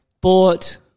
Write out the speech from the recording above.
bought